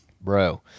Bro